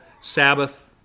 Sabbath